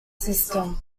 system